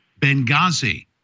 Benghazi